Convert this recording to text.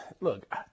look